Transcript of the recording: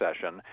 session